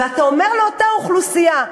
ואתה אומר לאותה אוכלוסייה: